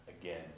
again